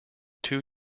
two